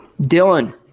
Dylan